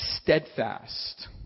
steadfast